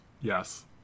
yes